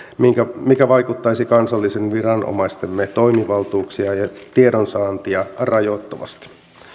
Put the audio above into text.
mikä vaikuttaisi kansallisten viranomaistemme toimivaltuuksia ja tiedonsaantia rajoittavasti